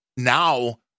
Now